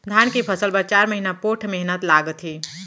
धान के फसल बर चार महिना पोट्ठ मेहनत लागथे